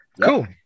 Cool